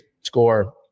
score